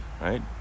Right